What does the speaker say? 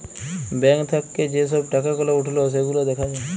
bank থাক্যে যে সব টাকা গুলা উঠল সেগুলা দ্যাখা যায়